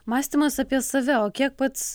mąstymas apie save o kiek pats